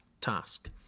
task